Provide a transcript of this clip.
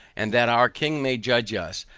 and that our king may judge us,